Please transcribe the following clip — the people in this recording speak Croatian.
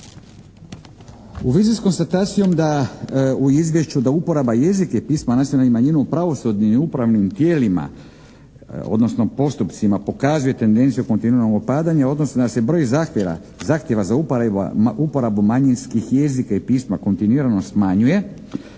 U vezi s konstatacijom u Izvješću da uporaba jezika i pisma nacionalnih manjina u pravosudnim i upravnim tijelima, odnosno postupcima pokazuje tendenciju kontinuirano opadanje, odnosno da se broj zahtjeva za uporabu manjinskih jezika i pisma kontinuirano smanjuje,